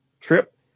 trip